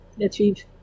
achieve